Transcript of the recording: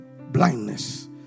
blindness